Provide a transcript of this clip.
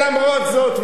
למרות זאת,